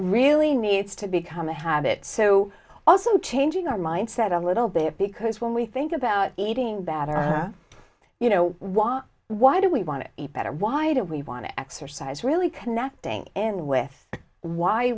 really needs to become a habit so also changing our mindset a little bit because when we think about eating bad you know why why do we want to eat better why do we want to exercise really connecting and with why